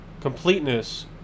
completeness